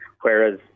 whereas